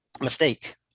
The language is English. mistake